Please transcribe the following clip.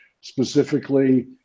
specifically